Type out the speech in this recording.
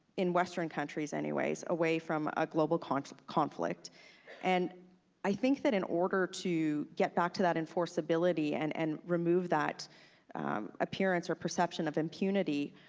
in western countries, anyways, away from a global conflict, and i think that in order to get back to that enforceability and and remove that appearance or perception of impunity,